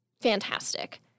fantastic